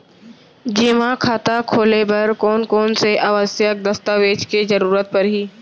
जेमा खाता खोले बर कोन कोन से आवश्यक दस्तावेज के जरूरत परही?